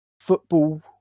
Football